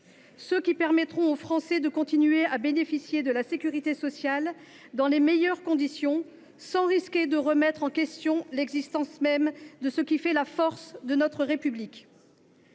ceux qui permettront aux Français de continuer de bénéficier de la sécurité sociale dans les meilleures conditions, sans risquer de remettre en question l’existence même de ce qui fait la force de notre République.